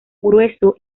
grueso